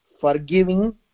forgiving